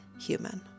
human